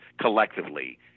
collectively